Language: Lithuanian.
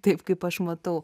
taip kaip aš matau